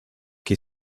che